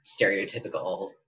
stereotypical